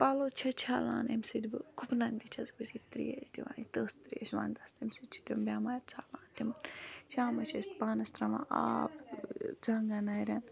پَلو چھِ چھَلان امہِ سۭتۍ بہٕ گُپنَن تہِ چھَس بہٕ یہِ ترٛیش دِوان یہِ تٔژ ترٛیش وَنٛدَس تمہِ چھِ تِم بٮ۪مارِ ژَلان تِم شامَس چھِ أسۍ پانَس ترٛاوان آب زَنٛگَن نَرٮ۪ن